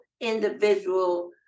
individual